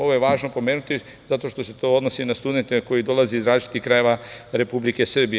Ovo je važno pomenuti zato što se to odnosi na studente koji dolaze iz različitih krajeva Republike Srbije.